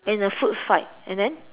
in a food fight and then